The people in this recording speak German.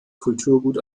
kulturgut